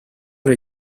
oli